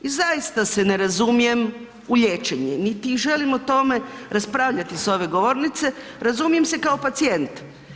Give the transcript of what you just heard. I zaista se ne razumijem u liječenje, niti želim o tome raspravljati s ove govornice, razumijem se kao pacijent.